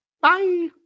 Bye